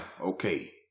okay